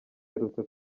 aherutse